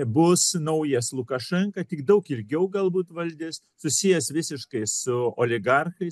bus naujas lukašenka tik daug ilgiau galbūt valdis susijęs visiškai su oligarchais